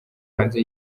hanze